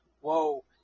whoa